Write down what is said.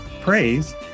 praise